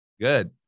Good